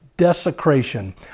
desecration